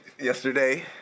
yesterday